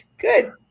Good